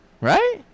right